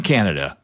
Canada